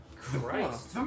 Christ